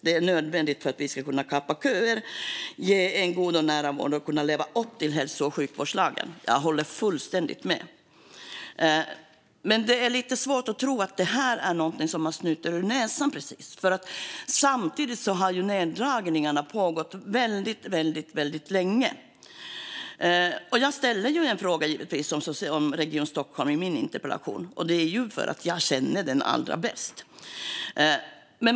Det är nödvändigt för att vi ska kunna kapa köer, ge en god och nära vård och kunna leva upp till hälso och sjukvårdslagen. Jag håller fullständigt med. Men det är lite svårt att tro att det här är någonting som är snutet ur näsan, för samtidigt har neddragningarna pågått väldigt länge. Jag ställde en fråga om Region Stockholm i min interpellation, och det beror givetvis på att det är den region jag känner allra bäst.